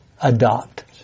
adopt